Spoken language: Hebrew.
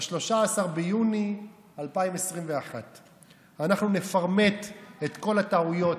ל-13 ביוני 2021. אנחנו נפרמט את כל הטעויות,